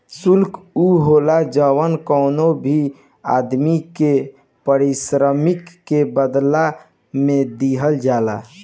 शुल्क उ होला जवन कवनो भी आदमी के पारिश्रमिक के बदला में दिहल जाला